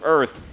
Earth